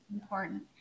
Important